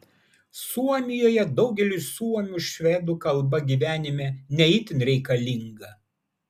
suomijoje daugeliui suomių švedų kalba gyvenime ne itin reikalinga